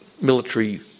military